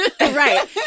Right